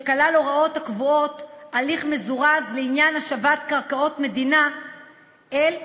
שכלל הוראות הקובעות הליך מזורז לעניין השבת קרקעות מדינה אל המדינה.